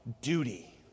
duty